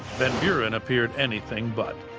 van buren appeared anything but,